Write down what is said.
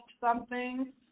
something's